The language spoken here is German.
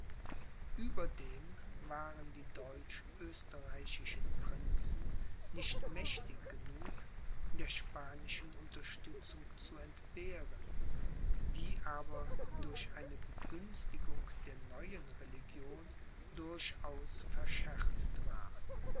ueberdem waren die deutsch österreichischen prinzen nicht mächtig genug der spanischen unterstützung zu entbehren die aber durch eine begünstigung der neuen religion durchaus verscherzt war